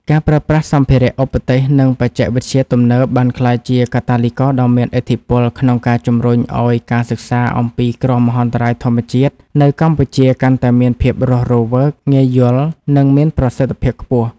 ការប្រើប្រាស់សម្ភារ:ឧបទេស និងបច្ចេកវិទ្យាទំនើប បានក្លាយជាកាតាលីករដ៏មានឥទ្ធិពលក្នុងការជំរុញឱ្យការសិក្សាអំពីគ្រោះមហន្តរាយធម្មជាតិនៅកម្ពុជា កាន់តែមានភាពរស់រវើក ងាយយល់ និងមានប្រសិទ្ធភាពខ្ពស់។